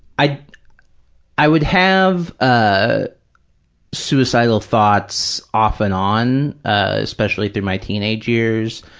i i would have ah suicidal thoughts off and on, especially through my teenage years,